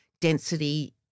density